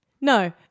No